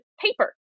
paper